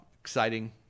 exciting